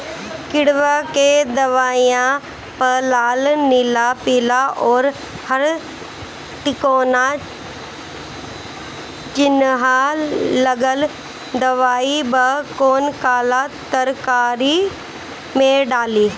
किड़वा के दवाईया प लाल नीला पीला और हर तिकोना चिनहा लगल दवाई बा कौन काला तरकारी मैं डाली?